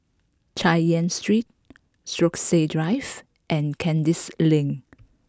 Chay Yan Street Stokesay Drive and Kandis Lane